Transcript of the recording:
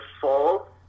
fall